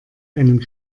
einen